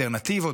באלטרנטיבות,